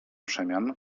przemian